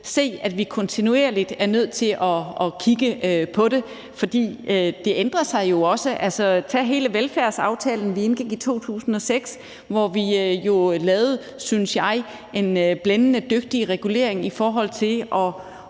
se, at vi kontinuerligt er nødt til at kigge på det, fordi det jo også ændrer sig. Tag hele velfærdsaftalen, vi indgik i 2006, hvor vi jo lavede en, synes jeg, blændende dygtig regulering i forhold til at